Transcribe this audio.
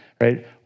Right